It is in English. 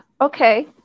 okay